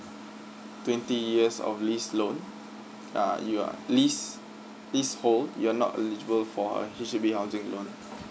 twenty years of lease loan that you're at lease please hold you're not eligible for a H_D_B housing loan